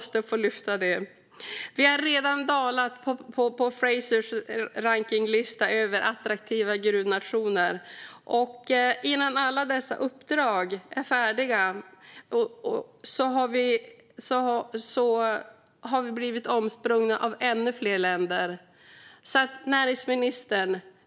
Sverige har redan dalat på Frasers rankningslista över attraktiva gruvnationer. Innan alla dessa uppdrag är färdiga har Sverige blivit omsprunget av ännu fler länder.